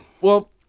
Well-